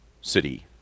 city